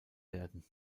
werden